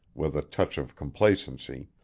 with a touch of complacency,